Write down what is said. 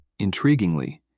Intriguingly